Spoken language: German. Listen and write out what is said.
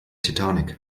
titanic